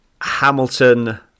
Hamilton